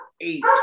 eight